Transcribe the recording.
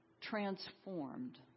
transformed